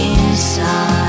Inside